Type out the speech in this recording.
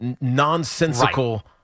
nonsensical